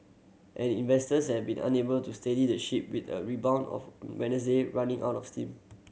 and investors have been unable to steady the ship with a rebound of Wednesday running out of steam